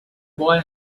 boy